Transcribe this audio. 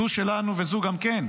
זו שלנו וזו גם כן.